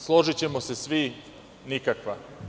Složićemo se svi – nikakva.